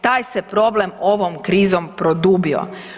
Taj se problem ovom krizom produbio.